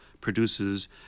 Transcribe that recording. produces